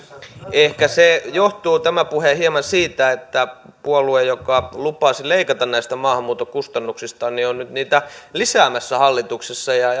ehkä tämä puhe johtuu hieman siitä että puolue joka lupasi leikata näistä maahanmuuton kustannuksista on nyt niitä lisäämässä hallituksessa ja